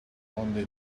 monday